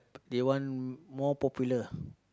they want more popular